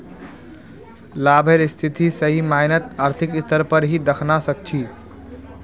लाभेर स्थिति सही मायनत आर्थिक स्तर पर ही दखवा सक छी